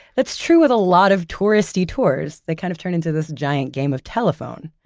that's true with a lot of tourist-y tours. they kind of turn into this giant game of telephone.